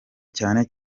cyane